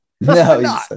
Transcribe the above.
No